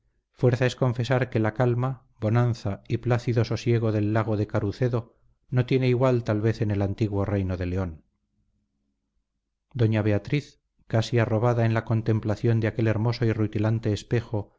fuerza es confesar que la calma bonanza y plácido sosiego del lago de carucedo no tiene igual tal vez en el antiguo reino de león doña beatriz casi arrobada en la contemplación de aquel hermoso y rutilante espejo